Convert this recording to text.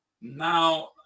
Now